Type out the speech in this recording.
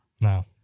No